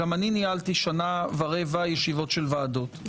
גם אני ניהלתי שנה ורבע ישיבות ועדות.